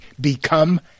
become